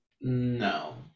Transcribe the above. No